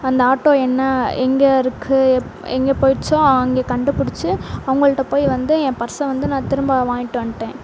அந்த ஆட்டோ என்ன எங்கே இருக்குது எங்கே போயிடிச்சோ அங்கே கண்டுபிடிச்சி அவங்கள்ட்ட போய் வந்து என் பர்ஸை வந்து நான் திரும்ப வாங்கிட்டு வந்துட்டேன்